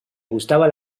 gustaba